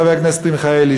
חבר הכנסת מיכאלי,